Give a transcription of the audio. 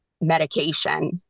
medication